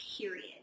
Period